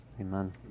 Amen